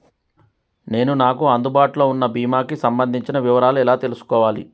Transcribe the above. నేను నాకు అందుబాటులో ఉన్న బీమా కి సంబంధించిన వివరాలు ఎలా తెలుసుకోవాలి?